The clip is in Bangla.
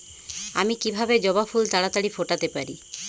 আমি কিভাবে জবা ফুল তাড়াতাড়ি ফোটাতে পারি?